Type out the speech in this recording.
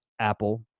Apple